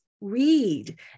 read